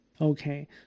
Okay